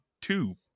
two